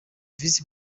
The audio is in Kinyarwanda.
visi